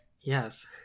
yes